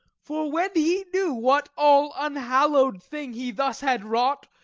for when he knew what all unhallowed thing he thus had wrought,